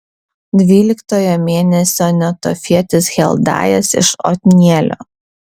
dvyliktojo mėnesio netofietis heldajas iš otnielio